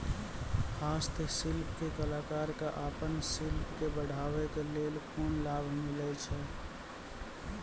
हस्तशिल्प के कलाकार कऽ आपन शिल्प के बढ़ावे के लेल कुन लोन मिलै छै?